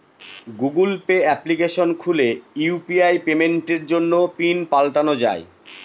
Google Pay application খুলে UPI পেমেন্টের জন্য পিন পাল্টানো যাই